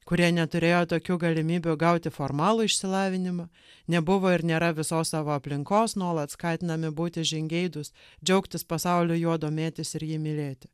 kurie neturėjo tokių galimybių gauti formalų išsilavinimą nebuvo ir nėra visos savo aplinkos nuolat skatinami būti žingeidūs džiaugtis pasauliu juo domėtis ir jį mylėti